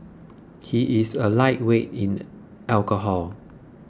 he is a lightweight in alcohol